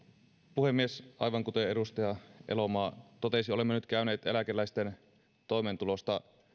puhemies aivan kuten edustaja elomaa totesi olemme nyt käyneet eläkeläisten toimeentulosta